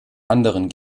anderen